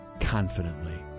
confidently